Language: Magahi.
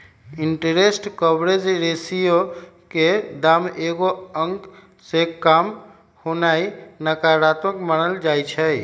इंटरेस्ट कवरेज रेशियो के दाम एगो अंक से काम होनाइ नकारात्मक मानल जाइ छइ